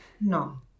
no